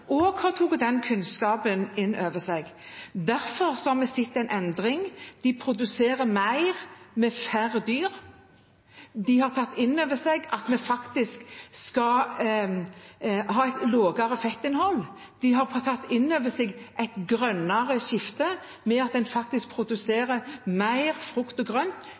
den kunnskapen inn over seg. Derfor har vi sett en endring. De produserer mer med færre dyr. De har tatt inn over seg at vi skal ha et lavere fettinnhold. De har tatt inn over seg et grønnere skifte ved å produsere mer frukt og grønt